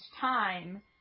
time